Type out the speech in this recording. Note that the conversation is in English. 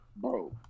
Bro